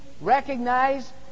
recognize